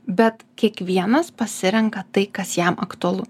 bet kiekvienas pasirenka tai kas jam aktualu